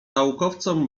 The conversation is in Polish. naukowcom